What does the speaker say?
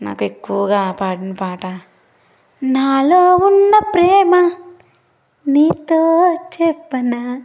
నాకు ఎక్కువగా పాడిన పాట నాలో ఉన్న ప్రేమ నీతో చెప్పనా